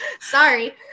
Sorry